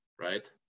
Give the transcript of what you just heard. right